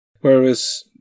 Whereas